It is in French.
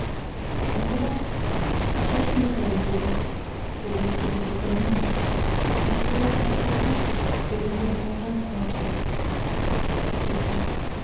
on commence par rechercher les règles dont pour l'utilité commune il serait à propos que les hommes convinssent entre eux et puis